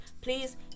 please